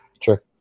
Sure